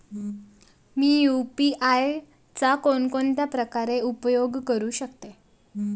मी UPI चा कोणकोणत्या प्रकारे उपयोग करू शकतो?